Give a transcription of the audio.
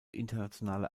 internationale